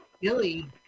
Billy